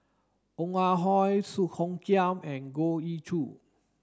Ong Ah Hoi Song Hoot Kiam and Goh Ee Choo